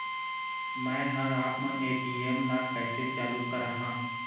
मैं हर आपमन ए.टी.एम ला कैसे चालू कराहां?